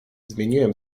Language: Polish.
zmieniłem